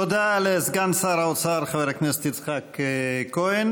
תודה לסגן שר האוצר חבר הכנסת יצחק כהן.